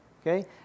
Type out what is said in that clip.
okay